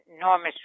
enormous